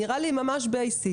נראה לי ממש בייסיק.